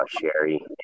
Sherry